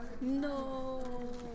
No